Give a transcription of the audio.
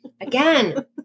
Again